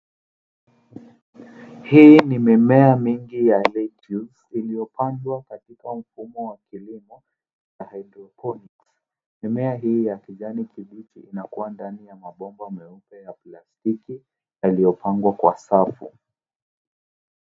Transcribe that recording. Hii ni mimea mingi ya lettuce iliyopandwa katika mfumo wa kilimo wa hydroponic . Mimea hii ya kijani kibichi inakua ndani ya mabomba meupe ya plastiki yaliyopangwa kwa safu.